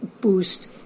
boost